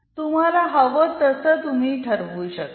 तुम्हाला हवं तसं तुम्ही ठरवू शकाल